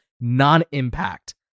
non-impact